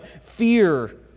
fear